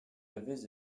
avez